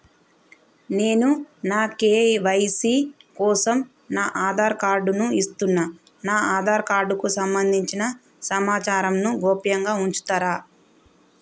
నేను నా కే.వై.సీ కోసం నా ఆధార్ కార్డు ను ఇస్తున్నా నా ఆధార్ కార్డుకు సంబంధించిన సమాచారంను గోప్యంగా ఉంచుతరా?